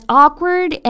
awkward